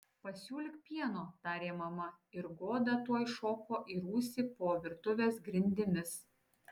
pasiūlyk pieno tarė mama ir goda tuoj šoko į rūsį po virtuvės grindimis